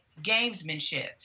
gamesmanship